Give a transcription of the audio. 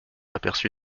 aperçu